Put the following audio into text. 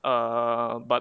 err but